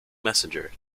messenger